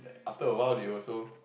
after a while they also